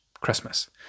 Christmas